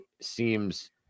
seems